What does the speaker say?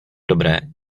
dobré